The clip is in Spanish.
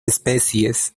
especies